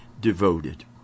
devoted